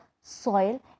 soil